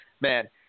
man